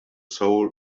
soul